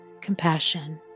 compassion